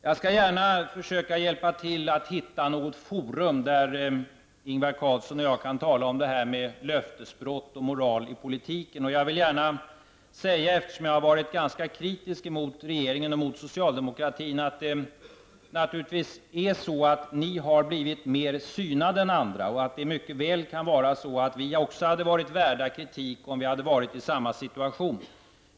Jag vill gärna hjälpa till att hitta något forum, där Ingvar Carlsson och jag kan tala om löftesbrott och moral i politiken. Jag vill gärna säga, eftersom jag har varit ganska kritisk emot regeringen och socialdemokratin, att det naturligtvis är så att ni har blivit mer synade än andra och att det mycket väl kan vara så att vi också hade varit värda kritik om vi hade varit i samma situation.